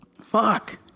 Fuck